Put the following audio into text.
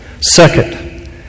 Second